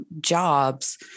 jobs